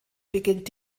beginnt